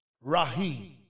Rahim